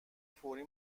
فوری